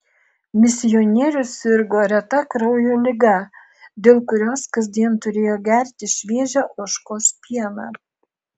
misionierius sirgo reta kraujo liga dėl kurios kasdien turėjo gerti šviežią ožkos pieną